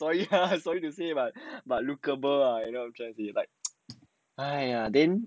sorry ah sorry to say but but lookable lah you know what I'm saying like !aiya! then